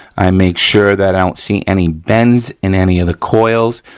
i make sure that i don't see any bends in any of the coils.